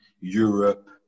Europe